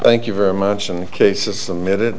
thank you very much in case a summit it